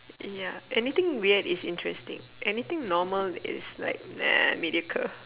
ya anything weird is interesting anything normal is like meh mediocre